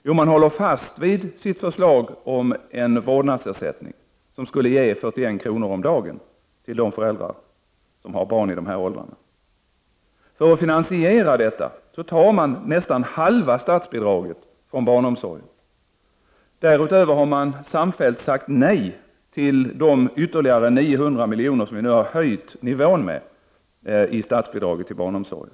Jo, man håller fast vid sitt förslag om en vårdnadsersättning som skulle ge 41 kr. om dagen till de föräldrar som har barn i de aktuella åldrarna. För att finansiera detta tar man nästan halva statsbidraget i vad gäller barnomsorgen. Därutöver har man samfällt sagt nej till de ytterligare 900 miljoner som vi har höjt nivån med i fråga om statsbidraget till barnomsorgen.